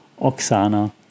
Oksana